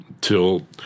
till